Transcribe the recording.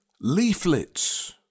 leaflets